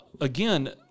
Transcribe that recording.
again